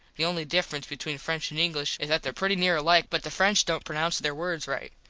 the only difference between french and english is that there pretty near alike but the french dont pronounce there words right.